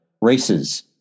races